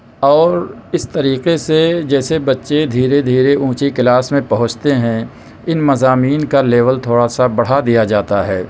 اور اس طریقے سے جیسے بچے دھیرے دھیرے اونچی کلاس میں پہونچتے ہیں ان مضامین کا لیول تھوڑا سا بڑھا دیا جاتا ہے